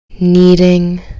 kneading